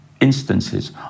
instances